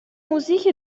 موزیکی